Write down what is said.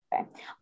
okay